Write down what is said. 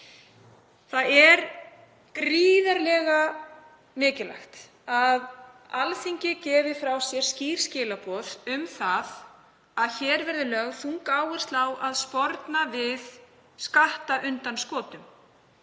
Það er gríðarlega mikilvægt að Alþingi gefi frá sér skýr skilaboð um að hér verði lögð þung áhersla á að sporna við skattundanskotum.